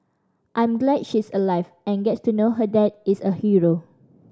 I'm glad she's alive and gets to know her dad is a hero